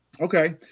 Okay